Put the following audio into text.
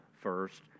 first